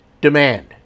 Demand